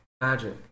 magic